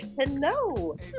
hello